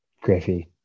Griffey